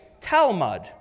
Talmud